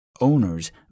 Owners